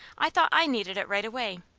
i thought i needed it right away,